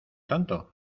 tanto